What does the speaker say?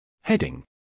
Heading